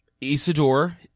Isidore